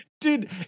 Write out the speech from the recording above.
Dude